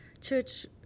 church